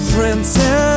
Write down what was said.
Princess